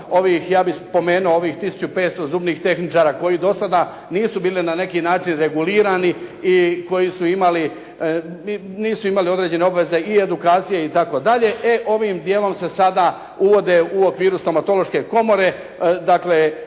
je važno ovih 1500 zubnih tehničara koji do sada nisu bili na neki način regulirali, nisu imali određene obaveze i edukacije itd., e ovim dijelom se sada uvode u okviru stomatološke komore,